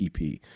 EP